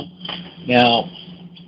Now